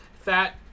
Fat